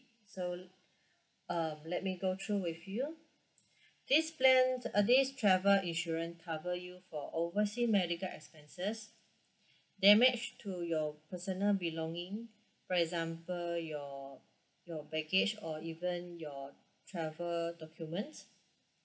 so uh let me go through with you this plan uh this travel insurance cover you for oversea medical expenses damage to your personal belonging for example your your baggage or even your travel documents